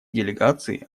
делегации